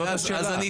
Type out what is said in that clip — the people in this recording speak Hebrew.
זאת השאלה.